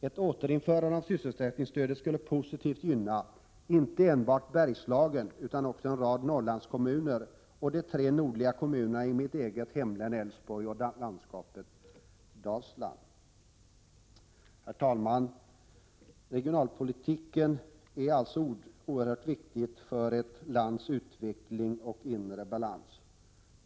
Ett återinförande av sysselsättningsstödet skulle postitivt gynna inte enbart Bergslagen, utan också en rad Norrlandskommuner och de tre nordliga kommunerna i mitt eget hemlän Älvsborg och landskapet Dalsland. Herr talman! Regionalpolitiken är oerhört viktig för ett lands utveckling och inre balans.